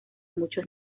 muchos